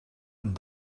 and